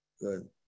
Good